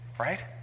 Right